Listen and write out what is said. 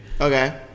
Okay